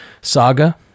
saga